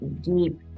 deep